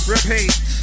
Repeat